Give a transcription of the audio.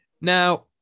Now